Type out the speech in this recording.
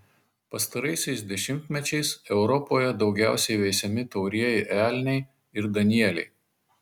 pastaraisiais dešimtmečiais europoje daugiausiai veisiami taurieji elniai ir danieliai